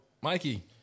Mikey